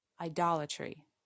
idolatry